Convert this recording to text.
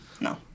No